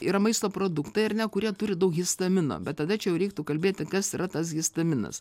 yra maisto produktai ar ne kurie turi daug histamino bet tada čia reiktų kalbėti kas yra tas histaminas